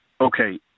okay